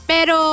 Pero